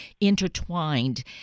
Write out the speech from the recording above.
intertwined